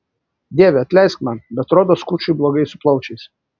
dieve atleisk man bet rodos kučui blogai su plaučiais